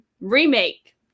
Remake